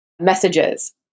messages